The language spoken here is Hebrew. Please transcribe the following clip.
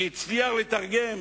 שהצליח לתרגם